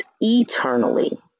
eternally